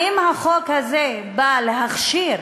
האם החוק הזה בא להכשיר